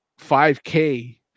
.5k